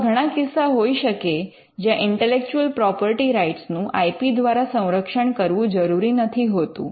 એવા ઘણા કિસ્સા હોઈ શકે જ્યાં ઇન્ટેલેક્ચુઅલ પ્રોપર્ટી રાઇટ્સ નું આઇ પી દ્વારા સંરક્ષણ કરવું જરૂરી નથી હોતું